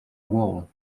wall